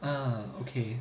ya okay